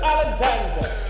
Alexander